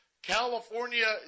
California